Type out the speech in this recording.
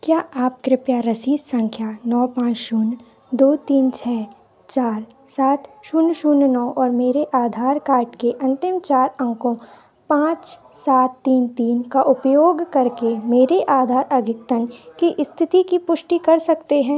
क्या आप कृपया रसीद संख्या नौ पाँच शून्य दो तीन छः चार सात शून्य शून्य नौ और मेरे आधार कार्ड के अंतिम चार अंकों पाँच सात तीन तीन का उपयोग करके मेरे आधार अद्यतन की स्थिति की पुष्टि कर सकते हैं